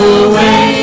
away